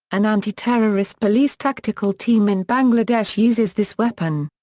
an anti-terrorist police tactical team in bangladesh uses this weapon.